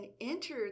enter